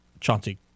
Chauncey